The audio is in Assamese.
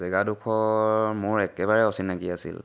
জেগাডোখৰ মোৰ একেবাৰে অচিনাকী আছিল